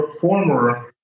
former